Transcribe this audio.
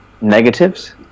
Negatives